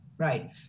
right